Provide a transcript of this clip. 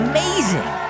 Amazing